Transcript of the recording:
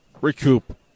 recoup